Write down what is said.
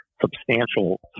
substantial